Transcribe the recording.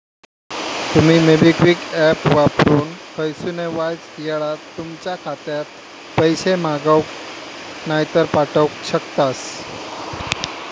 तुमी MobiKwik app वापरून खयसूनय वायच येळात तुमच्या खात्यात पैशे मागवक नायतर पाठवक शकतास